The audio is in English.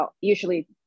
Usually